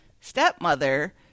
stepmother